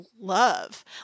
love